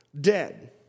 dead